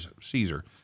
Caesar